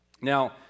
Now